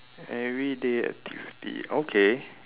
everyday activity okay